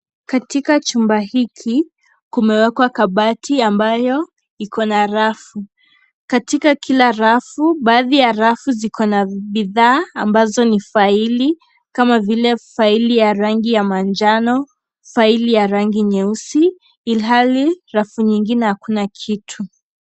Katika chumba hiki kumewekwa kabati ambayo iko na rafu. Katika kila rafu baadhi ya rafu kuna bidhaa ambazo ni faili kama vile faili ya rangi ya manjano, faili ya rangi nyeusi, ilhali rafu nyingine hakuna kitu.